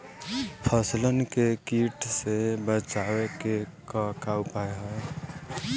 फसलन के कीट से बचावे क का उपाय है?